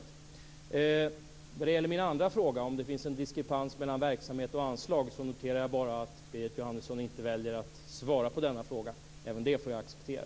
Vad det gäller min andra fråga - om det finns en diskrepans mellan verksamhet och anslag - noterar jag bara att Berit Jóhannesson väljer att inte svara. Även det får jag acceptera.